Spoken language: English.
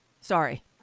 Sorry